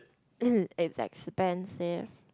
it's expensive